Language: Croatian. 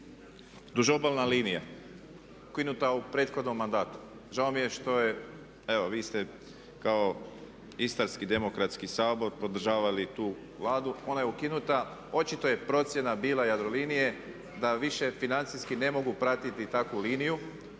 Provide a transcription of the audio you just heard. duž obalna linija ukinuta u prethodnom mandatu. Žao mi je što je, evo vi ste kao Istarski demokratski sabor podržavali tu Vladu. Ona je ukinuta. Očito je procjena bila Jadrolinije da više financijski ne mogu pratiti takvu liniju